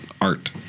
art